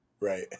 Right